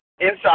inside